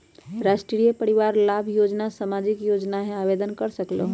राष्ट्रीय परिवार लाभ योजना सामाजिक योजना है आवेदन कर सकलहु?